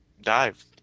dive